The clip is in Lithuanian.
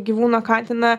gyvūną katiną